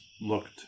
looked